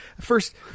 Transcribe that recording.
first